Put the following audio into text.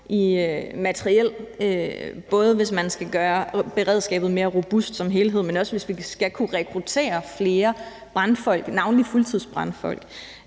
i materiel, både hvis man skal gøre beredskabet mere robust som helhed, men også hvis vi skal kunne rekruttere flere brandfolk, navnlig fuldtidsbrandfolk.